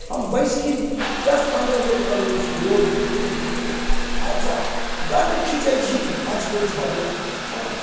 हम बैसकी दस पनरह बेर करि लै छी रोज प्रत्येक दिन अच्छा दण्ड खिँचै छी पाँच बेर छओ बेर अँए